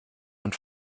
und